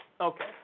Okay